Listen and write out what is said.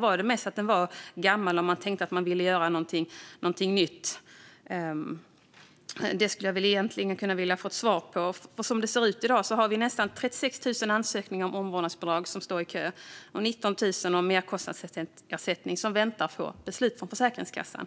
Var det mest att den var gammal och att man tänkte att man ville göra någonting nytt? Detta skulle jag vilja få svar på. I dag finns nästan 36 000 ansökningar om omvårdnadsbidrag i kö, och 19 000 ansökningar om merkostnadsersättning väntar på beslut från Försäkringskassan.